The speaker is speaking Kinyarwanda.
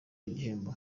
igihembo